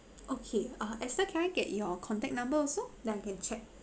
okay uh esther can I get your contact number also then I can check